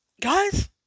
guys